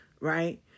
right